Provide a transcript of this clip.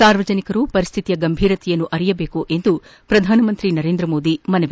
ಸಾರ್ವಜನಿಕರು ಪರಿಸ್ಥಿತಿಯ ಗಂಭೀರತೆಯನ್ನು ಅರಿಯಬೇಕು ಎಂದು ಪ್ರಧಾನಮಂತ್ರಿ ನರೇಂದ್ರಮೋದಿ ಮನವಿ